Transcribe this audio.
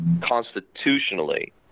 constitutionally